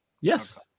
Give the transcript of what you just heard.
yes